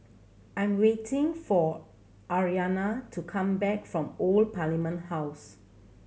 I am waiting for Aryanna to come back from Old Parliament House